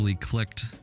clicked